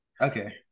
Okay